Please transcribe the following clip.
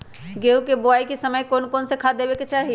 गेंहू के बोआई के समय कौन कौन से खाद देवे के चाही?